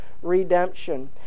Redemption